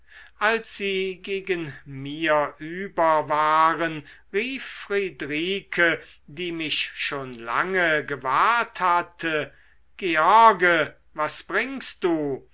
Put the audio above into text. als sie gegen mir über waren rief friedrike die mich schon lange gewahrt hatte george was bringst du